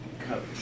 coach